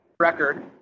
record